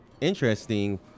interesting